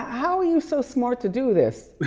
how are you so smart to do this?